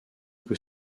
peu